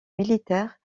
militaires